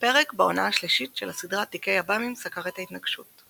פרק בעונה השלישית של הסדרה תיקי עב"מים סקר את ההתנגשות.